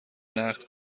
نقد